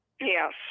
Yes